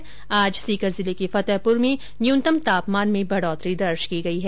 इधर आज सीकर जिले के फतेहपुर क्षेत्र में न्यूनतम तापमान में बढ़ोतरी दर्ज की गई है